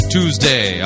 Tuesday